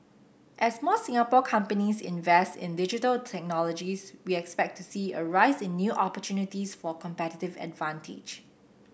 as more Singapore companies invest in Digital Technologies we expect to see a rise in new opportunities for competitive advantage